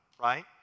right